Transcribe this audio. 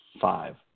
five